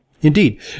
Indeed